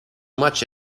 much